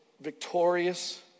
victorious